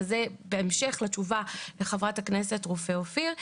וזה בהמשך לתשובה לחברת הכנסת רופא אופיר.